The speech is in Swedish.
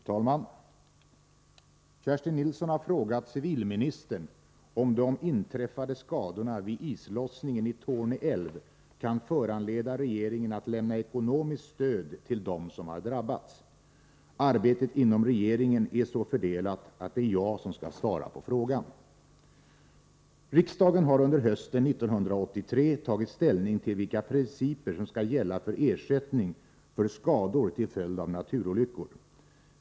Herr talman! Kerstin Nilsson har frågat civilministern om de inträffade skadorna vid islossningen i Torne älv kan föranleda regeringen att lämna ekonomiskt stöd till dem som har drabbats. Arbetet inom regeringen är så fördelat att det är jag som skall svara på frågan. Riksdagen har under hösten 1983 tagit ställning till vilka principer som skall gälla för ersättning för skador till följd av naturolyckor.